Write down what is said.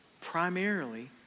primarily